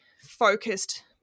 focused